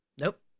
nope